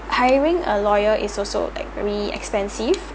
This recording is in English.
hiring a lawyer is also like very expensive